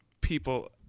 people